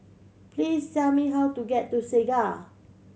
please tell me how to get to Segar